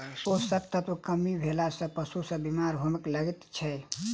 पोषण तत्वक कमी भेला सॅ पशु सभ बीमार होमय लागैत छै